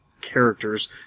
characters